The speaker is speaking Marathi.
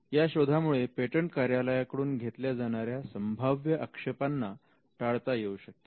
या शोधामुळे पेटंट कार्यालयाकडून घेतल्या जाणाऱ्या संभाव्य आक्षेपाना टाळता येऊ शकते